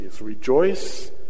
Rejoice